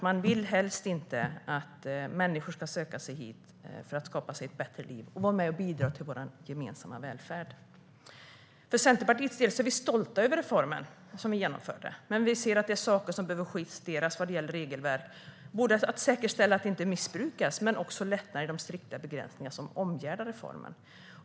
Man vill helst inte att människor ska söka sig hit för att skapa sig ett bättre liv och vara med och bidra till vår gemensamma välfärd. Vi i Centerpartiet är stolta över reformen som vi genomförde. Men vi anser att det finns saker i regelverket som behöver justeras. Det gäller att säkerställa att det inte missbrukas, men det gäller också lättnader i de strikta begränsningar som omgärdar reformen.